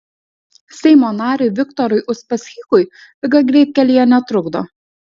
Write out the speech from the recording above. seimo nariui viktorui uspaskichui liga greitkelyje netrukdo